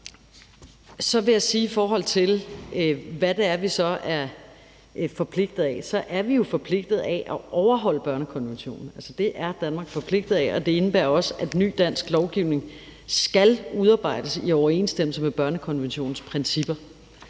Så vil jeg om, hvad vi så er forpligtet af, sige, at vi jo er forpligtet til at overholde børnekonventionen. Det er Danmark forpligtet til, og det indebærer også, at ny dansk lovgivning skal udarbejdes i overensstemmelse med børnekonventionens principper.